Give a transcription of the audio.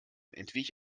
entwich